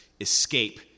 escape